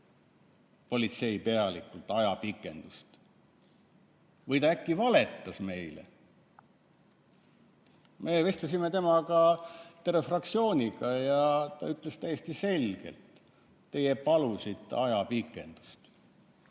politseipealikult ajapikendust või ta äkki valetas meile. Me vestlesime temaga terve fraktsiooniga ja ta ütles täiesti selgelt, et teie palusite ajapikendust.